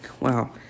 wow